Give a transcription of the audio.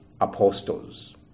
apostles